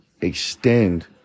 extend